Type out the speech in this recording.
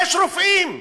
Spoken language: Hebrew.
יש רופאים,